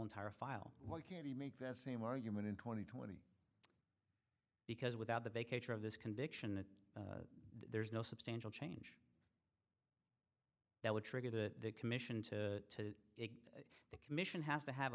entire file why can't he make the same argument in twenty twenty because without the vacationer of this conviction there's no substantial changed that would trigger the commission to it the commission has to have